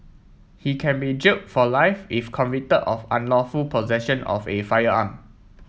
he can be jailed for life if convicted of unlawful possession of a firearm